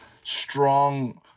strong